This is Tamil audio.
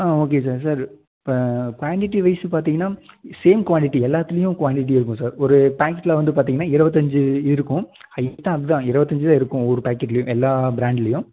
ஆ okay sir sir quantity wise பார்த்தீங்கன்னா சேம் குவான்டிட்டி எல்லாத்துலேயும் குவான்டிட்டி இருக்கும் சார் ஒரு பாக்கெட்டில் வந்து பார்த்தீங்கன்னா இருபத்தஞ்சு இருக்கும் அதான் இருபத்தஞ்சு தான் இருக்கும் ஒவ்வொரு பாக்கெட்லேயும் எல்லா பிராண்ட்லேயும்